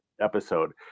episode